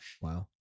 Wow